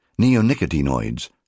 Neonicotinoids